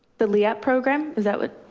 the liat program, is that what?